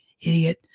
idiot